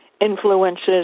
influences